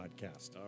podcast